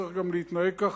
צריך גם להתנהג כך.